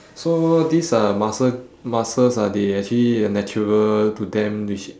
so these uh muscle~ muscles are they actually are natural to them which